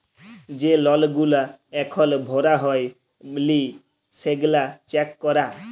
যে লল গুলা এখল ভরা হ্যয় লি সেগলা চ্যাক করা